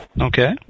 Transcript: Okay